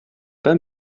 pas